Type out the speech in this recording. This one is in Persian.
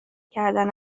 کردن